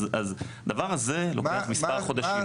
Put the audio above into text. אז הדבר הזה לוקח מספר חודשים.